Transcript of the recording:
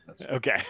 Okay